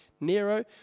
Nero